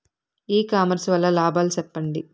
ఇ commerce వల్ల లాభాలు సెప్పండి?